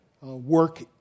work